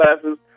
classes